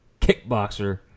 Kickboxer